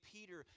Peter